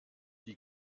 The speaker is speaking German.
die